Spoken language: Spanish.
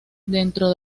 dentro